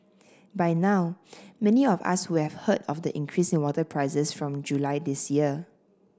by now many of us would have heard of the increase in water prices from July this year